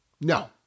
No